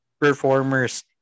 performers